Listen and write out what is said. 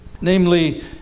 namely